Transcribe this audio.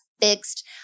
fixed